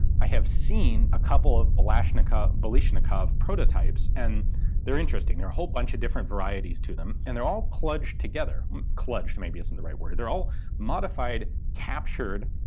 i have seen a couple of balashnikov balashnikov prototypes, and they're interesting. there are a whole bunch of different varieties to them, and they're all kludged together kludged maybe isn't the right word. they're all modified captured